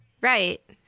Right